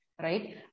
Right